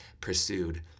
pursued